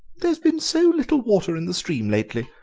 there's been so little water in the stream lately,